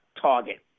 target